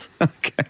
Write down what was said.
Okay